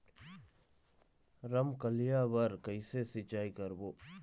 रमकलिया बर कइसे सिचाई करबो?